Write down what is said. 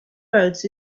roads